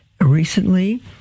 recently